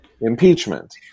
Impeachment